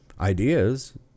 ideas